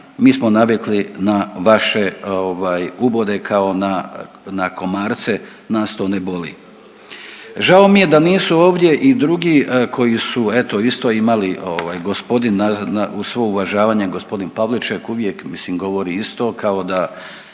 mi smo navikli na vaše ovaj ubode kao na komarce, nas to ne boli. Žao mi je da nisu ovdje i drugi koji su eto isto imali ovaj gospodin, uz svo uvažavanje, gospodin Pavliček uvijek mislim govori isto kao da